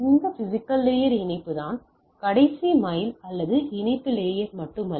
இந்த physical layer இணைப்புதான் கடைசி மைல் அல்லது இணைப்பின் லேயர் மட்டுமல்ல